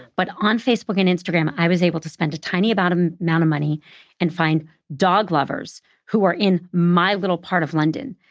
but on facebook and instagram, i was able to spend a tiny um amount of money and find dog lovers who are in my little part of london.